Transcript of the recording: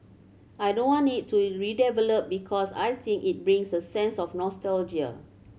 I don't want it to redeveloped because I think it brings a sense of nostalgia